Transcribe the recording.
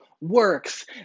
works